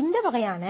இந்த வகையான